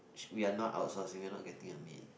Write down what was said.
w~ we are not outsourcing we're not getting a maid